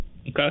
Okay